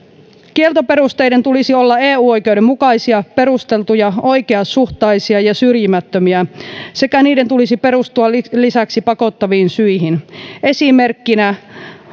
kieltoperusteiden tulisi olla eu oikeuden mukaisia perusteltuja oikeasuhtaisia ja syrjimättömiä ja niiden tulisi perustua lisäksi pakottaviin syihin esimerkkinä